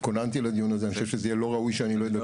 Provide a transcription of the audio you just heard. התכוננתי לדיון הזה ואני חושב שזה יהיה לא ראוי שאני לא אדבר.